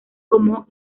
como